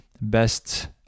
best